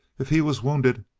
if he was wounded,